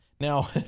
Now